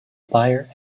buyer